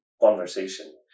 conversation